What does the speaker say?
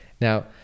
Now